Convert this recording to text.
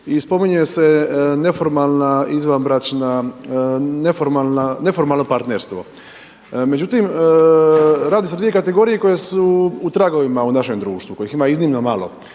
i spominje se neformalna izvanbračna, neformalno partnerstvo. Međutim, radi se o dvije kategorije koje su u tragovima u našem društvu, kojih ima iznimno malo.